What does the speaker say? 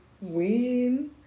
win